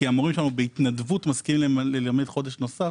מכיוון שהמורים שלנו מסכימים ללמד חודש נוסף